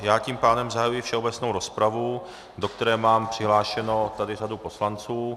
Já tím pádem zahajuji všeobecnou rozpravu, do které mám přihlášenu řadu poslanců.